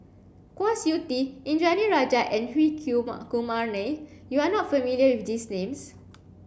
Kwa Siew Tee Indranee Rajah and Hri Kumar Nair you are not familiar with these names